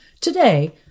Today